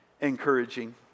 encouraging